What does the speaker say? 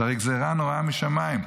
זו גזרה נוראה משמיים.